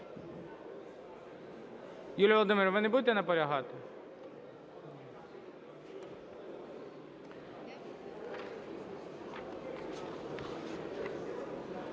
Юлія Володимирівна, ви не будете наполягати?